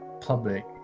public